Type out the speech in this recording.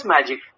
magic